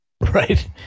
Right